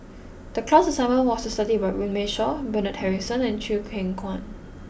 the class assignment was to study Runme Shaw Bernard Harrison and Chew Kheng Chuan